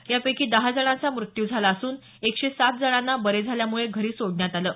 यापैकी दहा जणांचा मृत्यू झाला असून एकशे सात जणांना बरे झाल्यामुळे घरी सोडण्यात आलं आहे